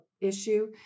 issue